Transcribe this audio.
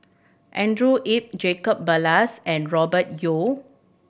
Andrew Yip Jacob Ballas and Robert Yeo